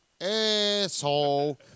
asshole